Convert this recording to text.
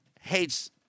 hates